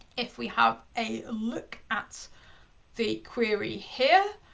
if we have a look at the query here,